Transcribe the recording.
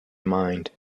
mind